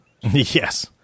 Yes